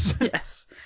Yes